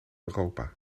europa